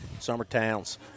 Summertown's